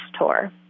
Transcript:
Tour